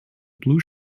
blue